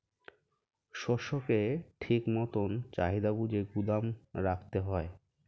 শস্যকে ঠিক মতন চাহিদা বুঝে গুদাম রাখতে হয়